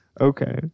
Okay